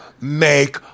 Make